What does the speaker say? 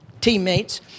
teammates